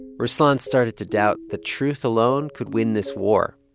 ruslan started to doubt that truth alone could win this war,